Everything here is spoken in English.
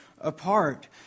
apart